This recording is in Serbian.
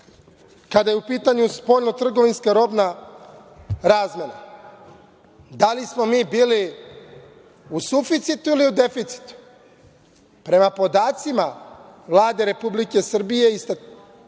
kada je u pitanju spoljnotrgovinska robna razmena? Da li smo mi bili u suficitu ili deficitu? Prema podacima Vlade Republike Srbije,